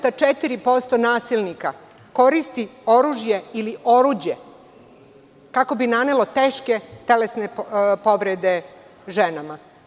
Zatim, 7,4% nasilnika koristi oružje ili oruđe kako bi nanelo teške telesne povrede ženama.